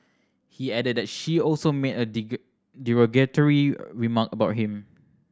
he added that she also made a derogatory remark about him